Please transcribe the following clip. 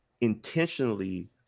intentionally